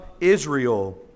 Israel